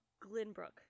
Glenbrook